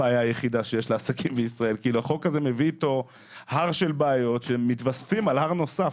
החוק הזה מביא איתו הר של בעיות שמתווספות על הר נוסף.